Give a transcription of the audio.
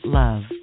love